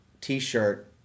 t-shirt